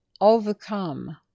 overcome